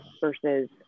versus